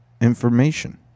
information